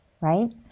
right